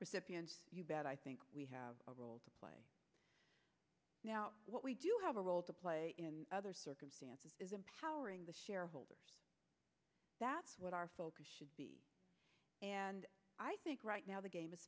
tarp you bet i think we have a role to play now what we do have a role to play in other circumstances is empowering the shareholders that's what our focus should be and i think right now the game is